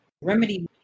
remedy